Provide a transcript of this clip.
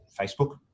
Facebook